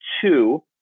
two